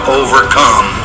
overcome